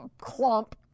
clump